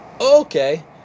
Okay